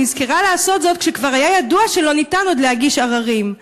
ונזכרה לעשות זאת כשכבר היה ידוע שלא ניתן עוד להגיש עררים?